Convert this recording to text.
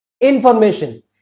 information